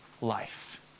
life